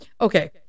okay